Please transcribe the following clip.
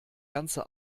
ganze